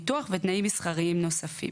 ביטוח ותנאים מסחריים נוספים.